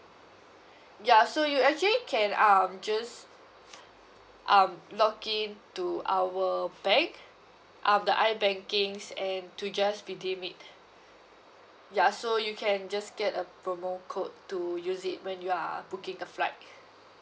ya so you actually can um just um login to our bank um the i banking and to just redeem it ya so you can just get a promo code to use it when you are booking a flight